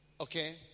okay